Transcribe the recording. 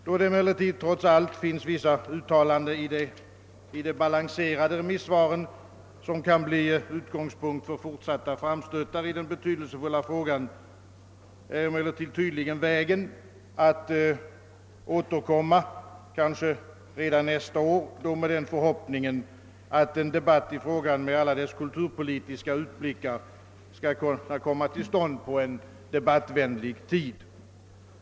Då det emellertid trots allt finns vissa uttalanden i de balanserade remisssvaren, som kan bli utgångspunkter för fortsatta framstötar i denna betydelsefulla fråga, är tydligen den rätta vägen att återkomma — kanske redan nästa år — med en förhoppning om att en debatt i frågan med alla dess kulturpolitiska utblickar skall komma till stånd under en debattvänlig tid.